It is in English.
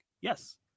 Yes